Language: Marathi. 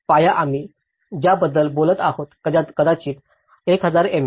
पाया आम्ही ज्याबद्दल बोलत आहोत कदाचित 1000 mm